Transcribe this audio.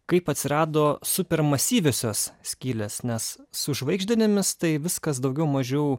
kaip atsirado super masyviosios skylės nes su žvaigždinėmis tai viskas daugiau mažiau